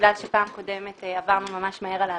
בגלל שפעם קודמת עברנו ממש מהר על ההגדרות,